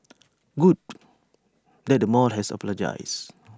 good that the mall has apologised